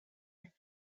and